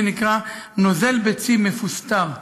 זה נקרא "נוזל ביצים מפוסטר"